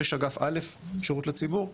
ויש אגף א שירות לציבור.